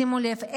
שימו לב,